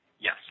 Yes